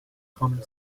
common